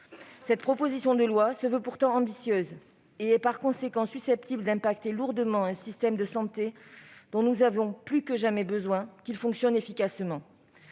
Cette proposition de loi se veut pourtant ambitieuse. Par conséquent, elle est susceptible d'affecter lourdement un système de santé dont nous avons plus que jamais besoin qu'il fonctionne efficacement.